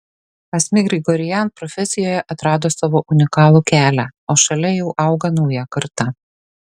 asmik grigorian profesijoje atrado savo unikalų kelią o šalia jau auga nauja karta